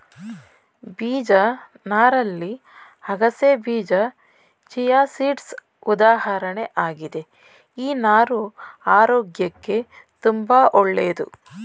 ಬೀಜ ನಾರಲ್ಲಿ ಅಗಸೆಬೀಜ ಚಿಯಾಸೀಡ್ಸ್ ಉದಾಹರಣೆ ಆಗಿದೆ ಈ ನಾರು ಆರೋಗ್ಯಕ್ಕೆ ತುಂಬಾ ಒಳ್ಳೇದು